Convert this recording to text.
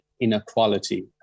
inequality